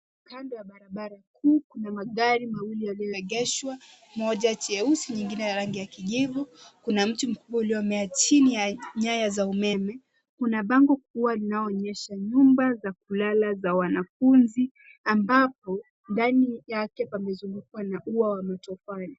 Kando ya barabara kuu kuna magari yaliyoegeshwa, moja cheusi nyingine ya rangi ya kijivu. Kuna mti mkubwa uliomea chini ya nyaya za umeme. Kuna bango kubwa linayoonyesha nyumba za kulala za wanafunzi ambapo ndani yake pamezungukwa na ua wa matofali.